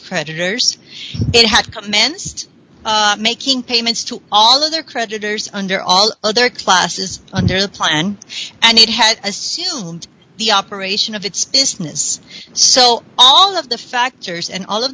predators that had commenced making payments to all other creditors under all other classes under the plan and it had assumed the operation of its business so all of the factors and all of